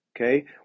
okay